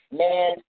man